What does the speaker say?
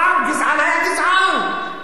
פעם גזען היה גזען,